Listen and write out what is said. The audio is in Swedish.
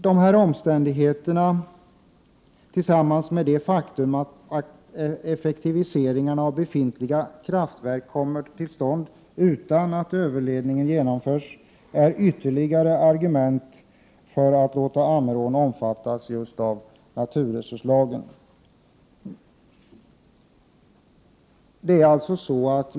Dessa omständigheter tillsammans med det faktum att effektiviseringarna av befintliga kraftverk kommer till stånd utan att överledningen genomförs är ytterligare argument för att låta Ammerån omfattas just av naturresurslagen.